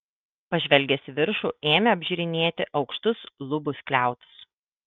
pažvelgęs į viršų ėmė apžiūrinėti aukštus lubų skliautus